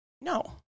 no